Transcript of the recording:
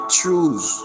choose